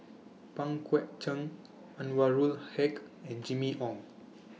Pang Guek Cheng Anwarul Haque and Jimmy Ong